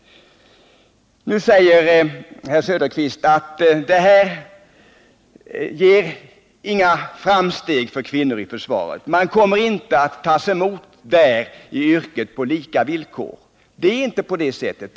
Nu säger herr Söderqvist att det här förslaget inte innebär något framsteg när det gäller kvinnor i försvaret, för de kommer inte att tas emot i yrket på lika villkor. Det är inte på det sättet.